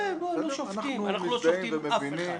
כן, לא שופטים אף אחד.